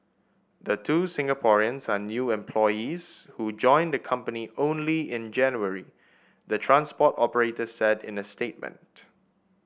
the two Singaporeans are new employees who joined the company only in January the transport operator said in a statement